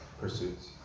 pursuits